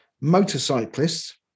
motorcyclists